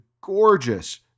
gorgeous